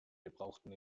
gebrauchten